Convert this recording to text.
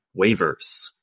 waivers